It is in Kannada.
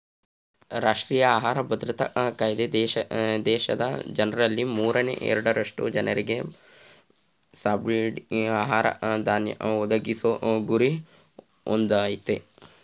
ರಾಷ್ಟ್ರೀಯ ಆಹಾರ ಭದ್ರತಾ ಕಾಯ್ದೆ ದೇಶದ ಜನ್ರಲ್ಲಿ ಮೂರನೇ ಎರಡರಷ್ಟು ಜನರಿಗೆ ಸಬ್ಸಿಡಿ ಆಹಾರ ಧಾನ್ಯ ಒದಗಿಸೊ ಗುರಿ ಹೊಂದಯ್ತೆ